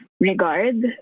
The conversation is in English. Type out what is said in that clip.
regard